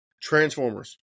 Transformers